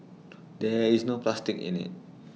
there is no plastic in IT